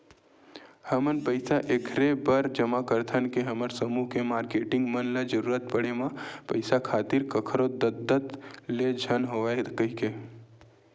हमन पइसा ऐखरे बर जमा करथन के हमर समूह के मारकेटिंग मन ल जरुरत पड़े म पइसा खातिर कखरो दतदत ले झन होवय कहिके